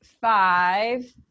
five